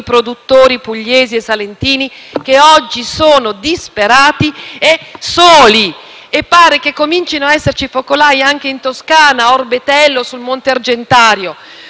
produttori pugliesi e salentini, che oggi sono disperati e soli. Pare, tra l'altro, che comincino ad esserci focolai anche in Toscana, ad Orbetello, sul Monte Argentario.